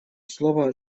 слово